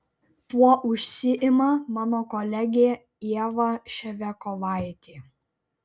tuo užsiima mano kolegė ieva ševiakovaitė